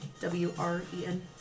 W-R-E-N